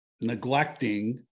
neglecting